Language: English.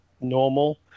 normal